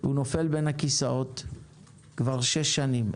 והוא נופל בין הכיסאות כבר שש שנים?